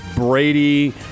Brady